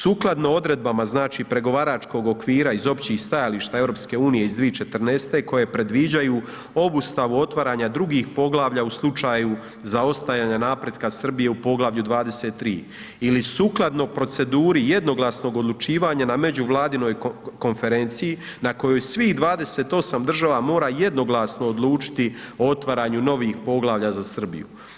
Sukladno odredbama znači pregovaračkog okvira iz općih stajališta EU iz 2014. koje predviđaju obustavu otvaranja drugih poglavlja u slučaju zaostajanja napretka Srbije u Poglavlju 23. ili sukladno proceduri jednoglasnog odlučivanja na međuvladinoj konferenciji na kojoj svih 28 država mora jednoglasno odlučiti o otvaranju novih poglavlja za Srbiju.